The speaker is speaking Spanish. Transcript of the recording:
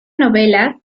novela